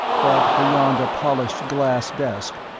but beyond a polished glass desk,